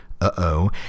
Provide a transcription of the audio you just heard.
uh-oh